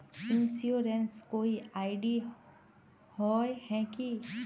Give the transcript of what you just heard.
Insurance कोई ID होय है की?